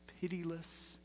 pitiless